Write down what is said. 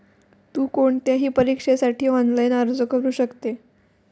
तु कोणत्याही परीक्षेसाठी ऑनलाइन अर्ज करू शकते